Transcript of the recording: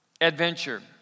adventure